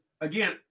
again